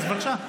אז בבקשה.